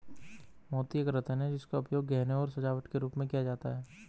मोती एक रत्न है जिसका उपयोग गहनों और सजावट के रूप में किया जाता था